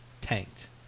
tanked